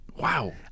wow